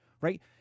right